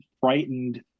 frightened